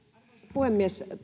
puhemies